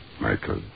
Michael